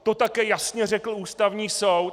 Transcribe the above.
To také jasně řekl Ústavní soud.